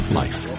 life